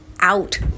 out